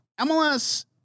MLS